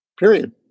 period